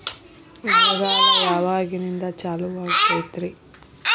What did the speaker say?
ಮಳೆಗಾಲ ಯಾವಾಗಿನಿಂದ ಚಾಲುವಾಗತೈತರಿ?